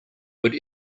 would